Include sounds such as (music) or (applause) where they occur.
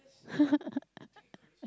(laughs)